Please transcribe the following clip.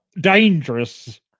dangerous